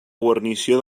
guarnició